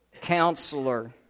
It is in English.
Counselor